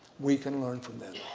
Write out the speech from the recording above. we can learn from them.